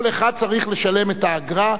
כל אחד צריך לשלם את האגרה,